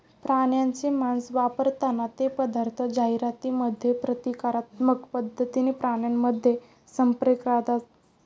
प्राण्यांचे मांस वापरतात ते पदार्थ जाहिरातींमध्ये प्रतिकात्मक पद्धतीने प्राण्यांमध्ये संप्रेरकांचा वापर करतात